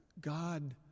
God